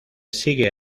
sigue